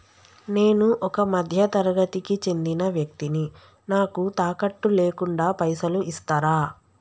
నేను ఒక మధ్య తరగతి కి చెందిన వ్యక్తిని నాకు తాకట్టు లేకుండా పైసలు ఇస్తరా?